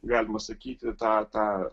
galima sakyti tą tą